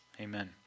Amen